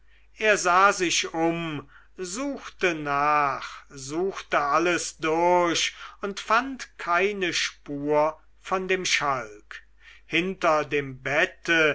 er sah sich um suchte nach suchte alles durch und fand keine spur von dem schalk hinter dem bette